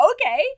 okay